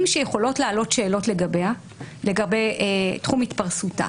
שיכולות לעלות שאלות לגבי תחום התפרסותה.